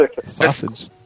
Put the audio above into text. Sausage